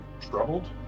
troubled